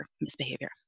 misbehavior